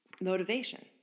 motivation